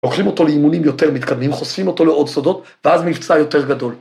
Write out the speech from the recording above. ‫לוקחים אותו לאימונים יותר מתקדמים, ‫חושפים אותו לעוד סודות, ‫ואז מבצע יותר גדול.